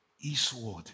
eastward